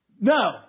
No